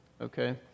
Okay